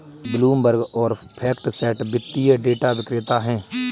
Bloomberg और FactSet वित्तीय data विक्रेता हैं